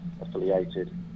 affiliated